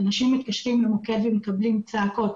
אנשים מתקשרים למוקד ומקבלים צעקות,